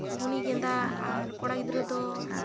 ᱵᱷᱩᱱᱤ ᱜᱮᱸᱫᱟᱜ ᱟᱨ ᱠᱚᱲᱟ ᱜᱤᱫᱽᱨᱟᱹ ᱫᱚ